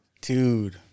Dude